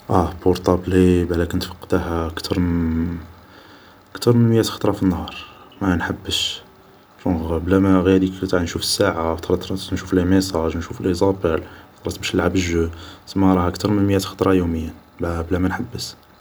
اه بورتابلي بلاك نتفقده كتر من ، كتر من ميات خطرا في النهار ، مانحبسش جونغ بلا ما ، غي هاديك تاع نشوف ساعة ، خطرا خطرا نشوف لي ميساج نشوف لي زابال ، خطرات باش نلعب جو ، سما راها كتر من ميات خطرا يوميا بلا بلا مانحبس